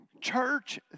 church